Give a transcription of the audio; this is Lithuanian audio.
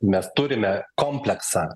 mes turime kompleksą